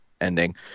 ending